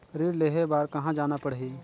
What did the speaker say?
ऋण लेहे बार कहा जाना पड़ही?